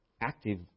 Active